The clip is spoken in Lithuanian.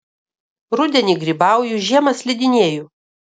rudenį grybauju žiemą slidinėju